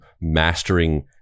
mastering